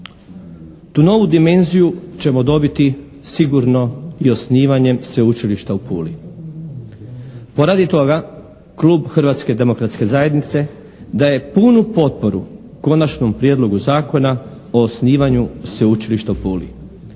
Tu novu dimenziju ćemo dobiti sigurno i osnivanjem Sveučilišta u Puli. Poradi toga Klub Hrvatske demokratske zajednice daje punu potporu Konačnom prijedlogu zakona o osnivanju Sveučilišta u Puli.